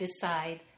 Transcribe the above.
decide